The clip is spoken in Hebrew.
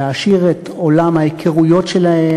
להעשיר את עולם ההיכרויות שלהם,